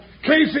Casey